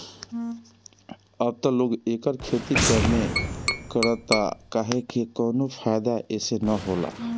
अब त लोग एकर खेती कमे करता काहे से कवनो फ़ायदा एसे न होला